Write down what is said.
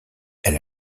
elle